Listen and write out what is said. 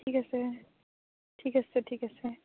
ঠিক আছে ঠিক আছে ঠিক আছে